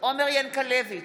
עומר ינקלביץ'